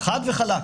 חד וחלק.